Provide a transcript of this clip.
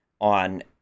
on